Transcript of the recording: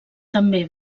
també